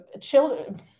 children